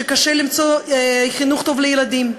שקשה למצוא חינוך טוב לילדים.